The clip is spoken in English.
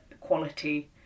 quality